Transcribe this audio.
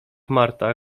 marta